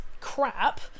crap